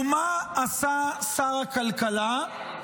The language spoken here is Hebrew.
ומה עשה שר הכלכלה?